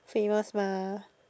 famous mah